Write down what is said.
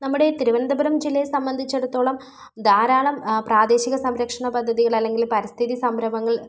നമ്മുടെ തിരുവനന്തപുരം ജില്ലയെ സംബന്ധിച്ചിടത്തോളം ധാരാളം പ്രദേശിക സംരക്ഷണ പദ്ധതികൾ അല്ലെങ്കിൽ പരിസ്ഥിതി സംരംഭങ്ങൾ